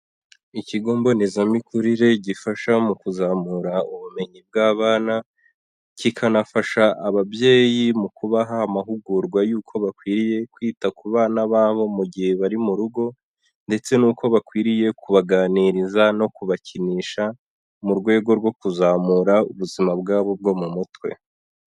Ikigo mbonezamikurire gifasha mu kuzamura ubumenyi bw'abana, kikanafasha ababyeyi mu kubaha amahugurwa y'uko bakwiriye kwita ku bana babo mu gihe bari mu rugo, ndetse n'uko bakwiriye kubaganiriza no kubakinisha, mu rwego rwo kuzamura ubuzima bwabo bwo mu mutwe.